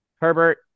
Herbert